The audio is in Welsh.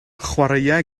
chwaraea